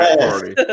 party